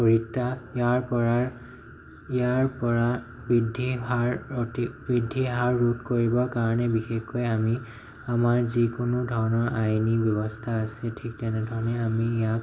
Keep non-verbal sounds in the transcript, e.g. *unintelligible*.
*unintelligible* ইয়াৰ পৰা ইয়াৰ পৰা বৃদ্ধিৰ হাৰ অতি বৃদ্ধিৰ হাৰ ৰোধ কৰিবৰ কাৰণে বিশেষকৈ আমি আমাৰ যিকোনো ধৰণৰ আইনী ব্যৱস্থা আছে ঠিক তেনেধৰণে আমি ইয়াক